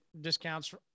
discounts